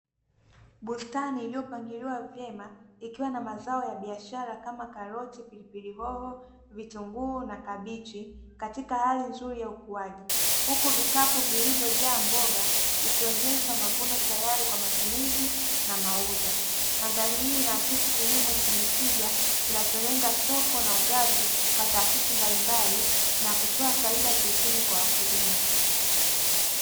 Bustani iliyopangiliwa vyema ikiwa na mazao ya biashara kama karoti, pilipili hoho, vitunguu pamoja na kabichi katika hali nzuri ya ukuuaji, huku vukapo vilivyo jaa mboga vikionyesha mavuno tayari kwa matumizi na mauzo, mandhari hii inaakisi kilimo chenye tija kinacholenga soko la ugavi kwa taasisi mbalimbali na kutoa faida kiuchumi kwa wakulima.